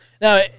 Now